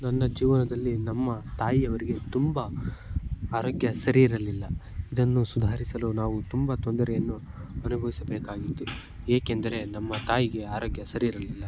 ನನ್ನ ಜೀವನದಲ್ಲಿ ನಮ್ಮ ತಾಯಿಯವರಿಗೆ ತುಂಬ ಆರೋಗ್ಯ ಸರಿ ಇರಲಿಲ್ಲ ಅದನ್ನು ಸುಧಾರಿಸಲು ನಾವು ತುಂಬ ತೊಂದರೆಯನ್ನು ಅನುಭವಿಸಬೇಕಾಗಿತ್ತು ಏಕೆಂದರೆ ನಮ್ಮ ತಾಯಿಗೆ ಆರೋಗ್ಯ ಸರಿ ಇರಲಿಲ್ಲ